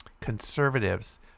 conservatives